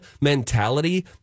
mentality